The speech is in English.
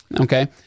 Okay